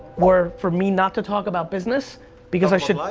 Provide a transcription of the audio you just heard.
were for me not to talk about business because i should.